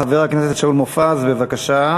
חבר הכנסת שאול מופז, בבקשה.